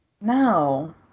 no